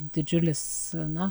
didžiulis na